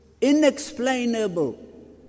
inexplainable